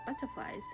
butterflies